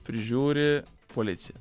prižiūri policija